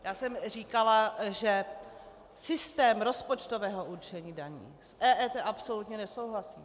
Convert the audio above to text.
Já jsem říkala, že systém rozpočtového určení daní s EET absolutně nesouhlasí.